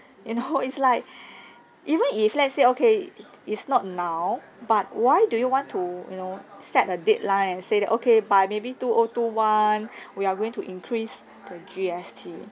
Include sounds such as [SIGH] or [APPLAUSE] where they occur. you know is like [BREATH] even if let's say okay is not now but why do you want to you know set a deadline and say that okay by maybe two O two one [BREATH] we are going to increase the G_S_T